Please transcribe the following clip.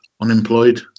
unemployed